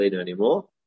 anymore